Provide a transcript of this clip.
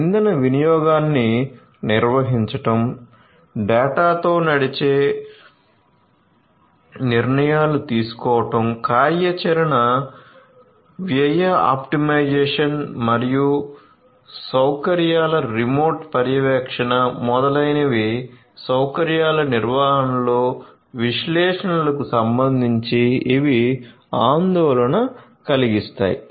ఇంధన వినియోగాన్ని నిర్వహించడం డేటా తో నడిచే నిర్ణయాలు తీసుకోవడం కార్యాచరణ వ్యయ ఆప్టిమైజేషన్ మరియు సౌకర్యాల రిమోట్ పర్యవేక్షణ మొదలైనవి సౌకర్యాల నిర్వహణలో విశ్లేషణలకు సంబంధించి ఇవి ఆందోళన కలిగిస్తాయి